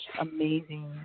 amazing